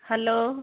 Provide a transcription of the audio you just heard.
hello